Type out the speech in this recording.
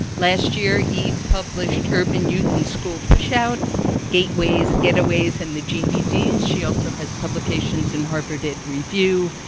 last year, eve published urban youth in school pushout gateways, get-aways, and the ged. she also has publications in harvard ed review,